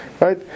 right